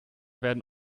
werden